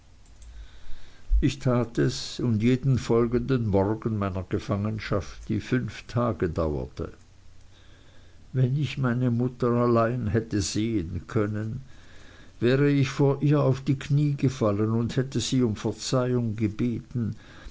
ich tat es und jeden folgenden morgen meiner gefangenschaft die fünf tage dauerte wenn ich meine mutter allein hätte sehen können wäre ich vor ihr auf die kniee gefallen und hätte sie um verzeihung gebeten